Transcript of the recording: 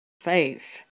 Faith